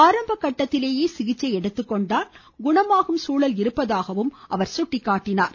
ஆரம்ப கட்டத்திலேயே சிகிச்சை எடுத்துக்கொண்டால் குணமாகும் சூழல் இருப்பதாக முதலமைச்சர் சுட்டிக்காட்டினார்